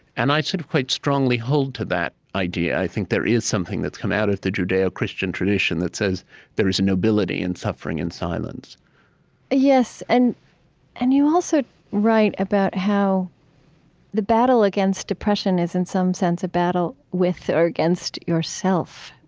and i sort of quite strongly hold to that idea i think there is something that's come out of the judeo-christian tradition that says there is a nobility in suffering in silence yes, and and you also write about how the battle against depression is, in some sense, a battle with or against yourself.